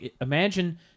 imagine